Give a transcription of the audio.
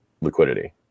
liquidity